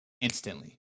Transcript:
instantly